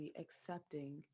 accepting